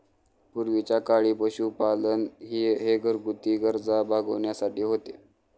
पूर्वीच्या काळी पशुपालन हे घरगुती गरजा भागविण्यासाठी होते